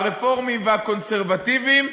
הרפורמים והקונסרבטיבים,